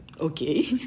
Okay